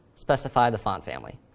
specify the font family.